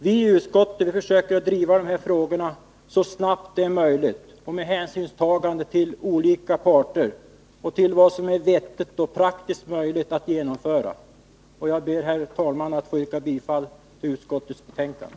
Viiutskottet försöker att driva igenom dessa frågor så snabbt som möjligt och med hänsynstagande till olika parter och till vad som är vettigt och praktiskt möjligt att genomföra. Jag ber, herr talman, att få yrka bifall till utskottets hemställan.